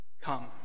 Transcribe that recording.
Come